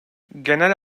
genel